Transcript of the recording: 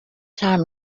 time